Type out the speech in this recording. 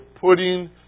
putting